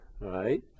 right